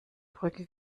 brücke